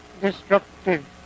destructive